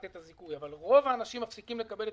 אבל רוב האנשים מפסיקים לקבל את